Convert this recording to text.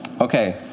Okay